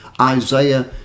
Isaiah